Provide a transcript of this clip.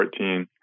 2014